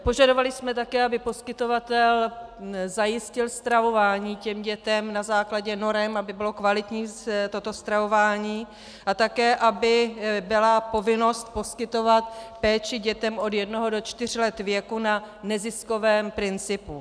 Požadovali jsme také, aby poskytovatel zajistil stravování dětem na základě norem, aby bylo kvalitní toto stravování a také aby byla povinnost poskytovat péči dětem od jednoho do čtyř let věku na neziskovém principu.